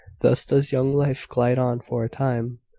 thus does young life glide on for a time.